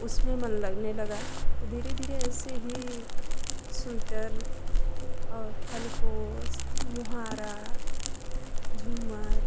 उसमें मन लगाने लगा धीरे धीरे ऐसे ही स्विटर और थाली पोस मुहारा झूमर